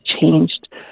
changed